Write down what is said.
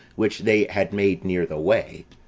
which they had made near the way.